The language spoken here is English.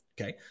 okay